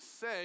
say